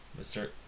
Mr